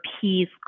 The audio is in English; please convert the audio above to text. peace